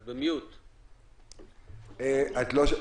תודה.